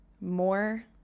more